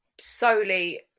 solely